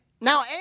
Now